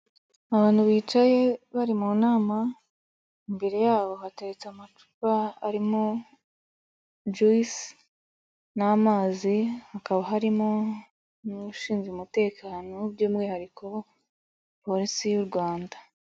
Abantu bicaye bari mu nama, imbere yabo hateretse amacupa arimo juwisi n'amazi, hakaba harimo n'ushinzwe umutekano by'umwihariko polisi y'u Rwanda.